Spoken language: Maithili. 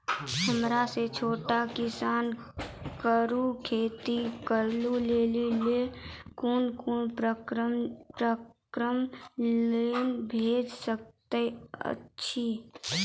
हमर सन छोट किसान कअ खेती करै लेली लेल कून कून प्रकारक लोन भेट सकैत अछि?